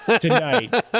Tonight